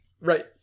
Right